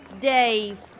Dave